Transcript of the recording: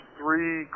three